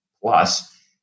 plus